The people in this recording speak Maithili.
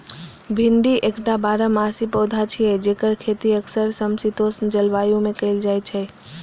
भिंडी एकटा बारहमासी पौधा छियै, जेकर खेती अक्सर समशीतोष्ण जलवायु मे कैल जाइ छै